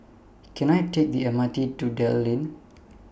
Can I Take The M R T to Dell Lane